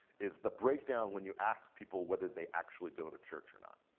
is the breakdown when you ask people whether they actually go to church or not.